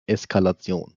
eskalation